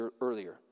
earlier